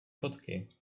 fotky